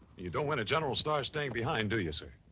you don't win a general's star staying behind, do you, sir?